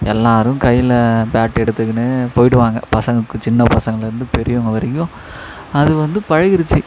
எல்லாேரும் கையில் பேட் எடுத்துக்கினு போய்விடுவாங்க பசங்கள் சின்ன பசங்களில் இருந்து பெரியவங்கள் வரைக்கும் அது வந்து பழகிடுச்சு